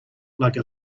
like